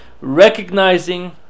recognizing